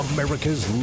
America's